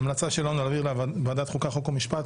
ההמלצה שלנו היא להעביר לוועדת החוקה, חוק ומשפט.